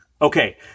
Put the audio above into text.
Okay